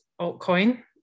altcoin